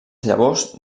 llavors